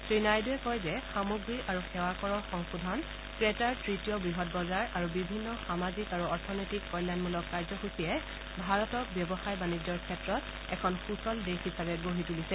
শ্ৰীনাইডুৰে কয় যে সামগ্ৰী আৰু সেৱাকৰৰ সংশোধন ক্ৰেতাৰ তৃতীয় বৃহৎ বজাৰ আৰু বিভিন্ন সামাজিক আৰু অৰ্থনৈতিক কল্যাণমূলক কাৰ্যসূচীয়ে ভাৰতক ব্যৱসায় বাণিজ্যৰ ক্ষেত্ৰত এখন সূচল দেশ হিচাপে গঢ়ি তুলিছে